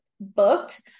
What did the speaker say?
booked